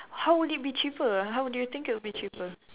how would it be cheaper how would you think it would be cheaper